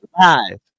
Five